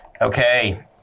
okay